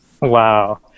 Wow